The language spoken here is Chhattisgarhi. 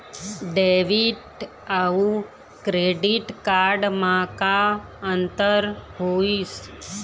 डेबिट अऊ क्रेडिट कारड म का अंतर होइस?